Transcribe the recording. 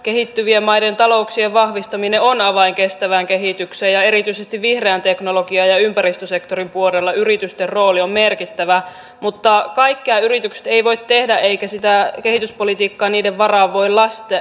kehittyvien maiden talouksien vahvistaminen on avain kestävään kehitykseen ja erityisesti vihreän teknologian ja ympäristösektorin puolella yritysten rooli on merkittävä mutta kaikkea yritykset eivät voi tehdä eikä sitä kehityspolitiikkaa niiden varaan voi laskea